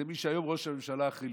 זה מי שהיום הוא ראש הממשלה החליפי,